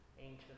ancient